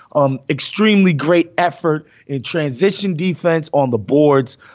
i'm extremely great effort in transition defense on the boards,